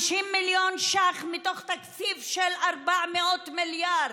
50 מיליון ש"ח, מתוך תקציב של 400 מיליארד,